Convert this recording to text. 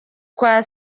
kwa